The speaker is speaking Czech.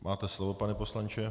Máte slovo, pane poslanče.